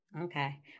Okay